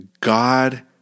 God